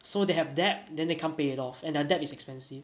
so they have debt then they can't pay it off and their debt is expensive